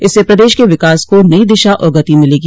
इससे प्रदेश के विकास को नहीं दिशा और गति मिलेगी